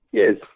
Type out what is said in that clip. yes